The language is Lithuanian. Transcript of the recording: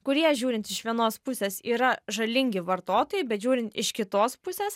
kurie žiūrint iš vienos pusės yra žalingi vartotojui bet žiūrint iš kitos pusės